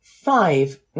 five